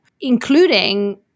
including